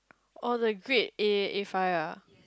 oh the grade A A five ah